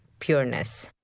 pureness.